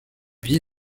vie